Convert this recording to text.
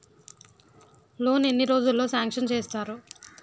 Loan ఎన్ని రోజుల్లో sanction చేస్తారు?